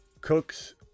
Cooks